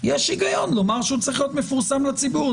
יש היגיון לומר שהוא צריך להיות מפורסם לציבור.